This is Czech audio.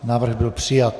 Návrh byl přijat.